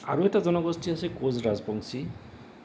আৰু এটা জনগোষ্ঠী আছে কোচ ৰাজবংশী